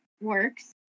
works